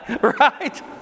Right